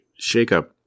shakeup